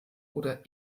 oder